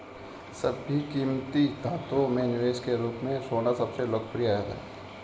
सभी कीमती धातुओं में निवेश के रूप में सोना सबसे लोकप्रिय है